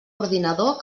ordinador